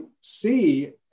see